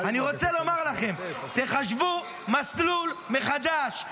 אני רוצה לומר לכם: תחשבו מסלול מחדש,